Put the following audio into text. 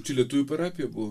čia lietuvių parapija buvo